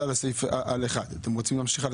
זה על סעיף 1, אתם רוצים להמשיך?